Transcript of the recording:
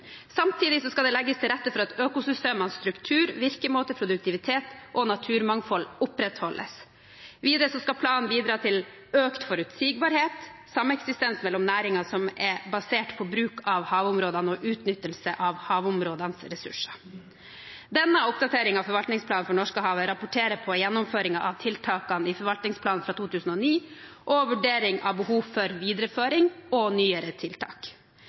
skal det legges til rette for at økosystemers struktur, virkemåte, produktivitet og naturmangfold opprettholdes. Videre skal planen bidra til økt forutsigbarhet, sameksistens mellom næringer som er basert på bruk av havområdene, og utnyttelse av havområdenes ressurser. Denne oppdateringen av forvaltningsplanen for Norskehavet rapporterer på gjennomføringen av tiltakene i forvaltningsplanen for 2009 og vurdering av behov for videreføring og nyere tiltak.